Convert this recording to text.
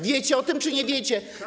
Wiecie o tym czy nie wiecie?